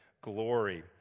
glory